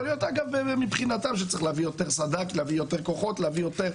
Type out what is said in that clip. יכול להיות שמבחינתם צריך להביא יותר כוחות וסד"כ.